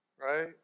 right